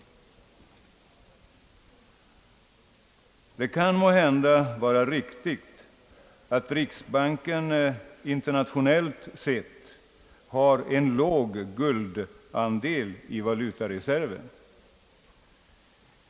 Det kan måhända vara riktigt att riksbanken internationellt sett har en låg guldandel i valutareserven.